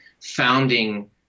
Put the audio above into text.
founding